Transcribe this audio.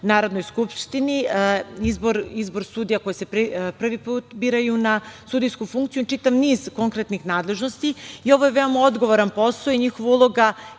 Narodnoj skupštini, izbor sudija koji se prvi put biraju na sudijsku funkciju i čitav niz konkretnih nadležnosti. Ovo je veoma odgovoran posao i njihova uloga